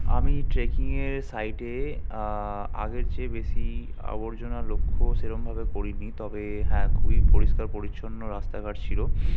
আমি ট্রেকিংয়ের সাইটে আগের চেয়ে বেশি আবর্জনা লক্ষ্য সেরমকভাবে করিনি তবে হ্যাঁ খুবই পরিস্কার পরিচ্ছন্ন রাস্তাঘাট ছিল